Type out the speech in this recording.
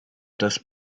das